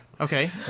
Okay